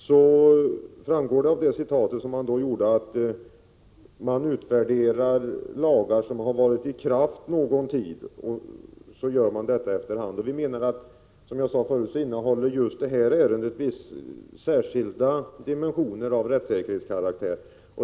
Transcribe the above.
Det framgår av hans citat att man utvärderar lagar som varit i kraft någon tid. Som jag sade förut innehåller detta ärende särskilda dimensioner av rättssäkerhetskaraktär.